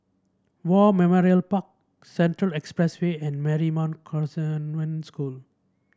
War Memorial Park Central Expressway and Marymount Convent School